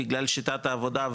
בגלל שיטת העבודה,